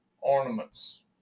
ornaments